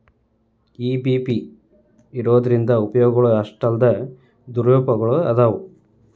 EBP ಇರೊದ್ರಿಂದಾ ಉಪಯೊಗಗಳು ಅಷ್ಟಾಲ್ದ ದುರುಪಯೊಗನೂ ಭಾಳದಾವ್